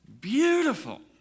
beautiful